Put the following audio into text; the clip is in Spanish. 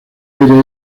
aire